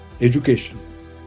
education